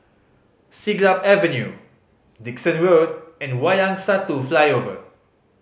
Siglap Avenue Dickson Road and Wayang Satu Flyover